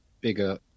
Bigger